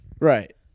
Right